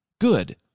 Good